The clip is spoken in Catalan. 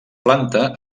planta